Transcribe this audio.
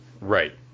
Right